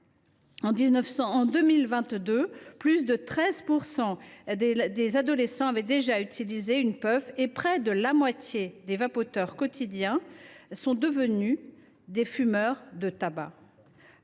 en 2022, plus de 13 % des adolescents avaient déjà utilisé une puff, tandis que près de la moitié des vapoteurs quotidiens sont devenus des fumeurs de tabac.